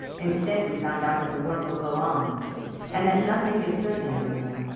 instead we found out that the work will go on and that nothing is certain anymore.